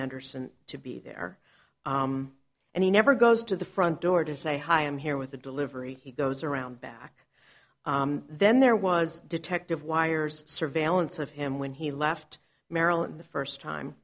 anderson to be there and he never goes to the front door to say hi i'm here with a delivery he goes around back then there was detective wires surveillance of him when he left maryland the first time